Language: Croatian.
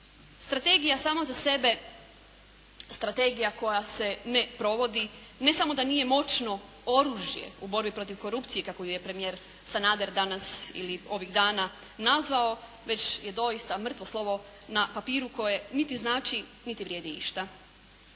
Strategija samo za sebe, strategija koja se ne provodi ne samo da nije moćno oružje u borbi protiv korupcije kako ju je premijer Sanader danas ili ovih dana nazvao već je doista mrtvo slovo na papiru koje niti znači niti vrijedi išta.